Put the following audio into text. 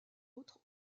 autres